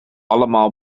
allemaal